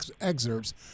excerpts